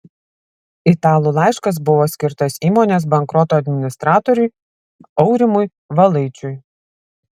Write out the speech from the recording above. italų laiškas buvo skirtas įmonės bankroto administratoriui aurimui valaičiui